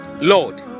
Lord